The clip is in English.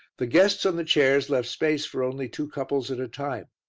the guests on the chairs left space for only two couples at a time.